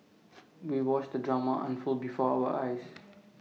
we watched the drama unfold before our eyes